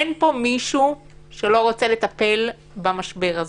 אין פה מישהו שלא רוצה לטפל במשבר הזה.